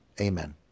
Amen